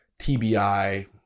TBI